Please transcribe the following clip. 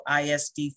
ISD